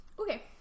okay